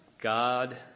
God